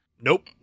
Nope